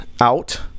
out